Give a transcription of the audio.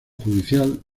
judicial